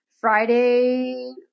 Friday